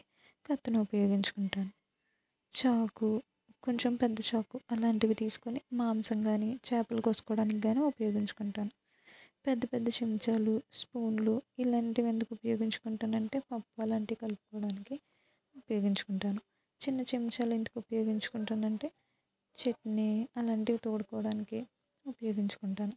కత్తిని ఉపయోగించుకుంటాను చాకు కొంచెం పెద్ద చాకు అలాంటివి తీసుకొని మాంసం కాని చేపలు కోసుకోవటానికి కాని ఉపయోగించుకుంటాను పెద్ద పెద్ద చెంచాలు స్పూన్లు ఇలాంటివి ఎందుకు ఉపయోగించుకుంటాను అంటే పప్పు ఆలాంటి కల్పుకోవడానికి ఉపయోగించుకుంటాను చిన్న చెంచాలు ఎందుకు ఉపయోగించుకుంటాను అంటే చట్నీ అలాంటివి తోడుకోవడానికి ఉపయోగించుకుంటాను